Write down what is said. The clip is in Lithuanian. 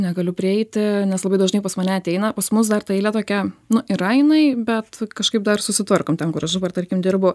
negaliu prieiti nes labai dažnai pas mane ateina pas mus dar ta eilė tokia nu yra jinai bet kažkaip dar susitvarkom ten kur aš dabar tarkim dirbu